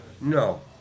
No